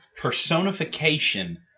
personification